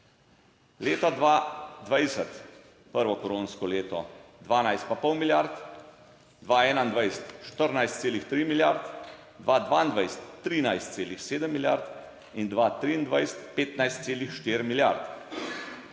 Leta 2020, prvo koronsko leto, 12 pa pol milijard, 2021 14,3 milijard, 2022 13,7 milijard in 2023 15,4 milijard.